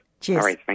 Cheers